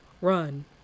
run